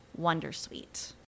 Wondersuite